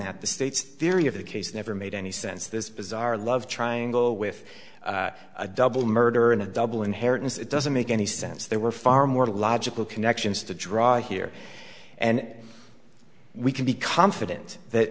that the state's theory of the case never made any sense this bizarre love triangle with a double murder and a double inheritance it doesn't make any sense there were far more logical connections to draw here and we can be confident that